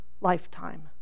lifetime